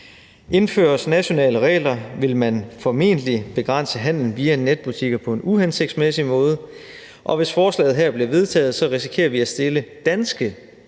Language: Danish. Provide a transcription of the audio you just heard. indføre nationale regler vil man formentlig begrænse handelen via netbutikker på en uhensigtsmæssig måde, og hvis forslaget her bliver vedtaget, så risikerer vi at stille danske